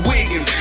Wiggins